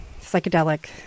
psychedelic